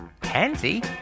pansy